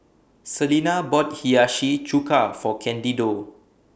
Selena bought Hiyashi Chuka For Candido